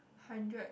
hundred